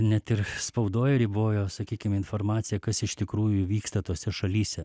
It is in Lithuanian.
net ir spaudoj ribojo sakykim informaciją kas iš tikrųjų vyksta tose šalyse